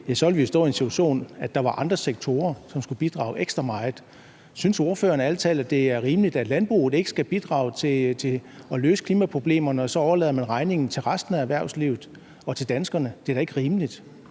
ville vi stå i den situation, at der var andre sektorer, som skulle bidrage ekstra meget. Synes ordføreren ærlig talt, at det er rimeligt, at landbruget ikke skal bidrage til at løse klimaproblemerne, og at man så overlader regningen til resten af erhvervslivet og til danskerne? Det er da ikke rimeligt.